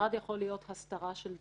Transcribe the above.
המטרד יכול להיות הסתרה של תמרור,